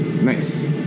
Nice